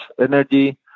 energy